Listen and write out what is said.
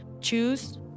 Choose